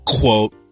quote